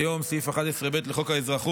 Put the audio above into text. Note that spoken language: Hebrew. כיום, סעיף 11(ב) לחוק האזרחות